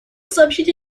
сообщить